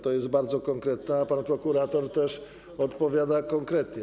To jest bardzo konkretne, a pan prokurator też odpowiada konkretnie.